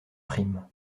prime